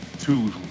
two